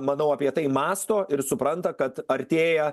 manau apie tai mąsto ir supranta kad artėja